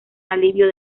alivio